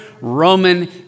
Roman